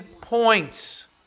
points